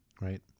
Right